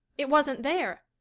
it wasn't there.